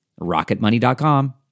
rocketmoney.com